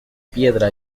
piedra